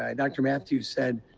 ah dr. mathews said